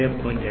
895 plus 0